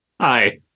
Hi